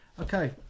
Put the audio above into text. Okay